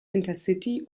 intercity